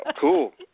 Cool